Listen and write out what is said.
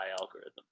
algorithm